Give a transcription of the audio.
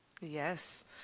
yes